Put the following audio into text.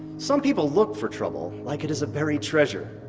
some people look for trouble, like it is a buried treasure,